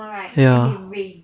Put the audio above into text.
ya